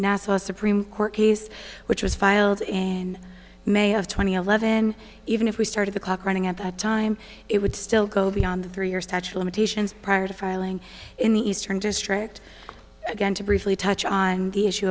nassau supreme court case which was filed and may have twenty eleven even if we started the clock running at the time it would still go beyond the three or such limitations prior to filing in the eastern district again to briefly touch on the issue